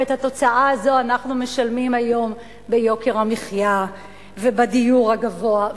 ואת התוצאה הזו אנחנו משלמים היום ביוקר המחיה ובמחיר הדיור הגבוה.